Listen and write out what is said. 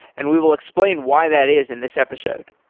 and we will explain why that is in this episode.